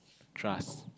trust